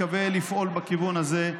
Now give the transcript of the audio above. ואני מקווה לפעול בכיוון הזה,